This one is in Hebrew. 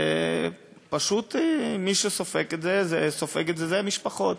ופשוט, מי שסופג את זה הן המשפחות.